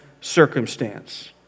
circumstance